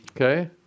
Okay